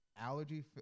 Allergy